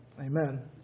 amen